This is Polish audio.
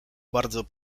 bardzo